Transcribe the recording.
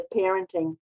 parenting